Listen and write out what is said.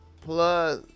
plus